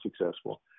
successful